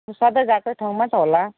त्यो सधैँ गएकै ठाउँमा त होला